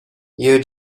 you